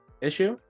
issue